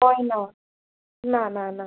তাই না না না না